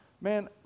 Man